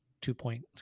two-point